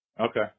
Okay